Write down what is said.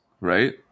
right